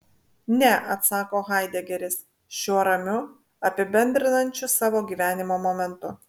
ne atsako haidegeris šiuo ramiu apibendrinančiu savo gyvenimo momentu